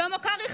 שלמה קרעי,